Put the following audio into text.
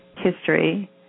history